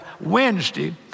Wednesday